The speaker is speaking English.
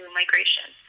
migration